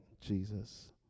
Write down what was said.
Jesus